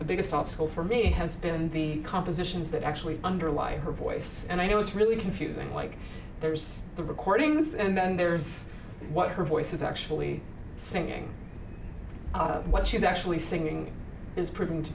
the biggest obstacle for me has been the compositions that actually underlie her voice and i know it's really confusing like there's the recordings and there's what her voice is actually singing what she's actually singing is pr